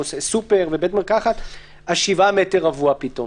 סופר ובית מרקחת 7 מטר רבוע פתאום?